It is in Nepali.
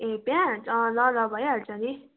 ए प्याज अँ ल ल भइहाल्छ नि